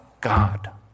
God